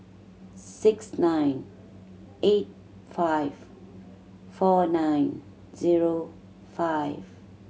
six nine eight five four nine zero five